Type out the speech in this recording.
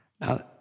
Now